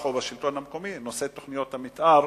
או בשלטון המקומי: נושא תוכניות המיתאר,